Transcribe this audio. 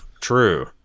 true